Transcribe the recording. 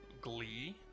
glee